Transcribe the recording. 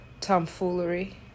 tomfoolery